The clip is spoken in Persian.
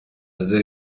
حاضر